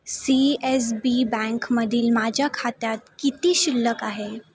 C S B बँकमधील माझ्या खात्यात किती शिल्लक आहे